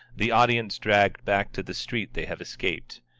the audience dragged back to the street they have escaped.